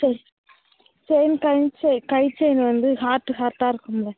சரி செயின் கை செயின் கை செயின் வந்து ஹார்ட்டு ஹார்ட்டாக இருக்கும்ல